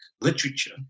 literature